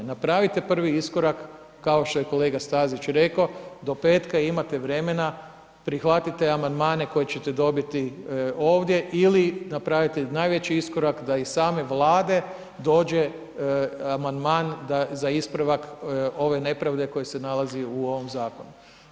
Napravite prvi iskorak kao što je kolega Stazić rekao, do petka imate vremena, prihvatite amandmane koje će te dobiti ovdje ili napravite najveći iskorak da iz same Vlade dođe amandman za ispravak ove nepravde koji se nalazi u ovom Zakonu.